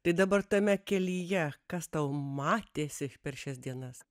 tai dabar tame kelyje kas tau matėsi per šias dienas